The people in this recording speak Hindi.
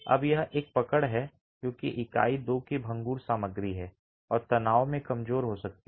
अब यह एक पकड़ है क्योंकि इकाई दो की भंगुर सामग्री है और तनाव में कमजोर हो सकती है